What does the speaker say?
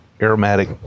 aromatic